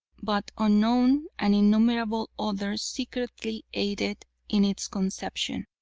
but unknown and innumerable others secretly aided in its conception.